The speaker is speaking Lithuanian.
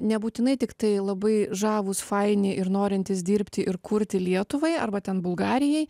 nebūtinai tiktai labai žavūs faini ir norintys dirbti ir kurti lietuvai arba ten bulgarijai